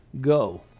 go